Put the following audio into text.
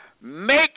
make